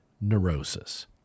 Neurosis